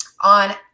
on